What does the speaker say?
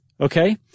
okay